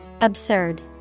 Absurd